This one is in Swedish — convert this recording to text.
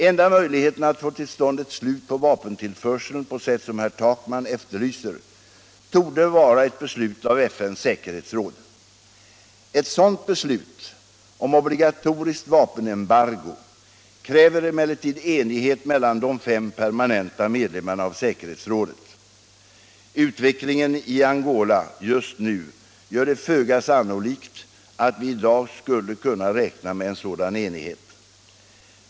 Enda möjligheten att få till stånd ett slut på vapentillförseln på sätt som herr Takman efterlyser torde vara ett beslut av FN:s säkerhetsråd. Ett sådant beslut om obligatoriskt vapenembargo kräver emellertid enighet mellan de fem permanenta medlemmarna av säkerhetsrådet. Utvecklingen i Angola just nu gör det föga sannolikt att vi i dag skulle kunna räkna med en sådan enighet.